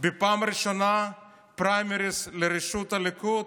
בפעם הראשונה פריימריז לרשות הליכוד,